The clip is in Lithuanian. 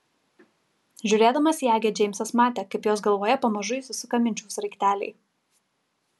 žiūrėdamas į agę džeimsas matė kaip jos galvoje pamažu įsisuka minčių sraigteliai